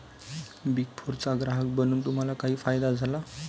Big फोरचा ग्राहक बनून तुम्हाला काही फायदा झाला?